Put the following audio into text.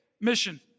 Mission